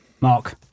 Mark